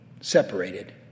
separated